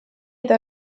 eta